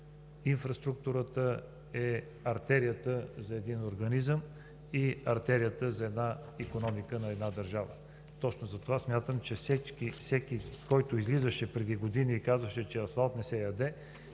инфраструктурата е артерията за един организъм и артерията за икономиката на държавата. Точно затова смятам, че всеки, който излизаше преди години и казваше, че асфалтът не се яде,